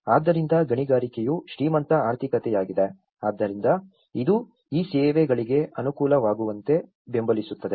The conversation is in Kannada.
ಆದ್ದರಿಂದ ಗಣಿಗಾರಿಕೆಯು ಶ್ರೀಮಂತ ಆರ್ಥಿಕತೆಯಾಗಿದೆ ಆದ್ದರಿಂದ ಇದು ಈ ಸೇವೆಗಳಿಗೆ ಅನುಕೂಲವಾಗುವಂತೆ ಬೆಂಬಲಿಸುತ್ತದೆ